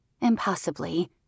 impossibly